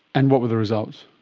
and what were the results?